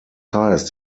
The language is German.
heißt